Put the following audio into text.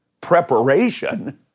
preparation